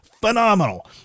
Phenomenal